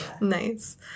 Nice